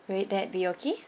will it that be okay